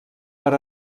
per